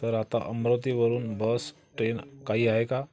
तर आता अमरावतीवरून बस ट्रेन काही आहे का